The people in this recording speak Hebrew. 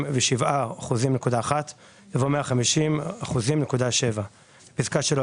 במקום "147.1%" יבוא "150.7%"; בפסקה (3),